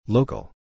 Local